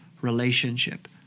relationship